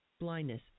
blindness